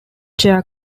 chair